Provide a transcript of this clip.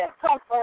comfort